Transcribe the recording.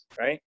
Right